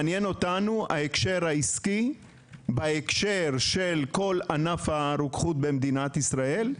מעניין אותנו ההקשר העסקי בהקשר של כול ענף הרוקחות במדינת ישראל,